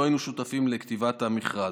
לא היינו שותפים לכתיבת המכרז.